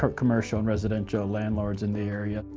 commercial and residential landlords in the area.